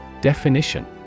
Definition